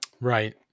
right